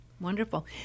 Wonderful